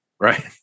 Right